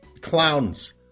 clowns